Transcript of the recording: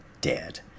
Dead